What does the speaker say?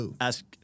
Ask